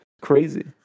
crazy